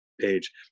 page